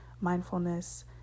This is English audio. mindfulness